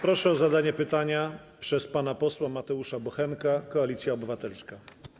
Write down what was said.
Proszę o zadanie pytania pana posła Mateusza Bochenka, Koalicja Obywatelska.